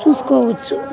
చూసుకోవచ్చు